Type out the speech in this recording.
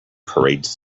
parades